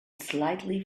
slightly